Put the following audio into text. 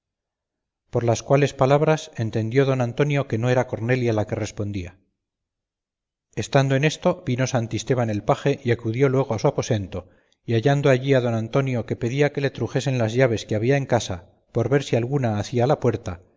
por las cuales palabra entendió don antonio que no era cornelia la que respondía estando en esto vino santisteban el paje y acudió luego a su aposento y hallando allí a don antonio que pedía que le trujesen las llaves que había en casa por ver si alguna hacía a la puerta